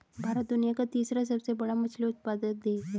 भारत दुनिया का तीसरा सबसे बड़ा मछली उत्पादक देश है